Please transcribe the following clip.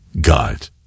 God